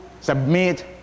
submit